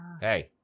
Hey